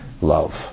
love